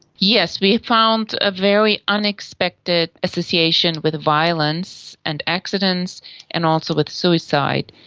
yes, we found a very unexpected association with violence and accidents and also with suicide.